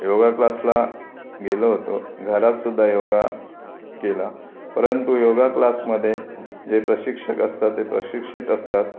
योगा क्लासला गेलो होतो घरातसुद्धा योगा केला परंतु योगा क्लासमध्ये जे प्रशिक्षक असतात ते प्रशिक्षित असतात